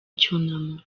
cyunamo